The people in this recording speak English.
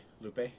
Lupe